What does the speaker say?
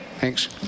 Thanks